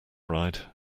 ride